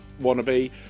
wannabe